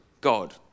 God